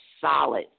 solid